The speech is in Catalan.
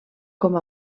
com